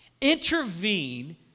intervene